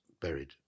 buried